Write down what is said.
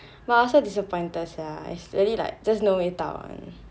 but I was so disappointed sia it's really like just no 味道 one